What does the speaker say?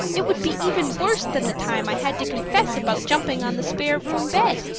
it would be even worse than the time i had to confess about jumping on the spare room bed.